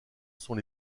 sont